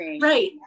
right